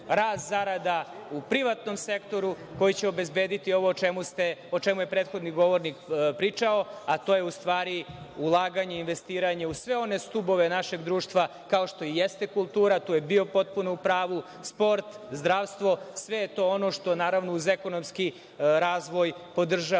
rast zarada u privatnom sektoru koji će obezbediti ovo o čemu je prethodni govornik pričao, a to je u stvari ulaganje, investiranje u sve one stubove našeg društva, kao što i jeste kultura, tu je bio potpuno u pravu, sport, zdravstvo. Sve je to ono, što, naravno, uz ekonomski razvoj podržava